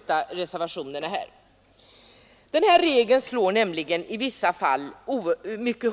Man föreslår nu alltså nya regler för beräknandet av i vad mån makes inkomst också skall ingå i avgiftsunderlaget, och dessa nya regler slår i vissa fall mycket